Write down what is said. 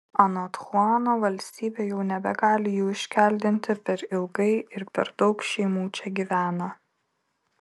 anot chuano valstybė jau nebegali jų iškeldinti per ilgai ir per daug šeimų čia gyvena